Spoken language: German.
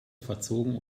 verzogen